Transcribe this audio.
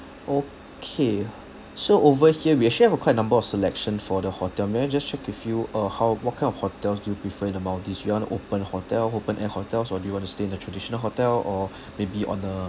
okay so over here we actually have a quite number of selection for the hotel may I just check with you uh how what kind of hotels do you prefer in the maldives you want a open hotel open air hotels or do you want to stay in the traditional hotel or maybe on a